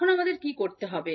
এখন আমাদের কী করতে হবে